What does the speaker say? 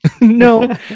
No